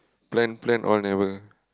plan plan all never